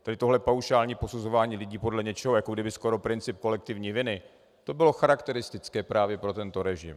Tedy tohle paušální posuzování lidí podle něčeho, skoro jako princip kolektivní viny, to bylo charakteristické právě pro tento režim.